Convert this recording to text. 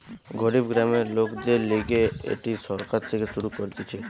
গরিব গ্রামের লোকদের লিগে এটি সরকার থেকে শুরু করতিছে